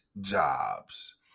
jobs